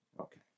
Okay